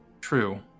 True